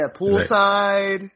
poolside